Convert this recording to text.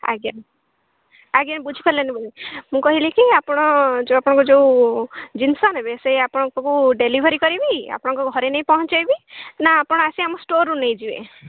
ଆଜ୍ଞା ଆଜ୍ଞା ବୁଝିପାରିଲେନି ବୋଲି ମୁଁ କହିଲି କି ଆପଣ ଯୋଉ ଆପଣଙ୍କ ଯୋଉ ଜିନିଷ ନେବେ ସେ ଆପଣଙ୍କ ଡେଲିଭରି କରିବି ଆପଣଙ୍କ ଘରେ ନେଇ ପହଞ୍ଚେଇବି ନା ଆପଣ ଆସି ଆମ ଷ୍ଟୋର୍ରୁ ନେଇଯିବେ